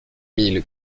mille